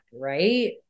Right